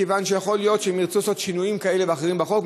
מכיוון שיכול להיות שהם ירצו לעשות שינויים כאלה ואחרים בחוק.